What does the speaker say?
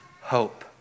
hope